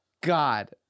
god